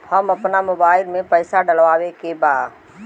हम आपन मोबाइल में पैसा डलवावे के बा?